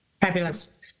Fabulous